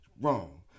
wrong